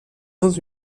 dans